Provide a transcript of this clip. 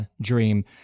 dream